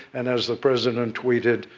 and, as the president tweeted,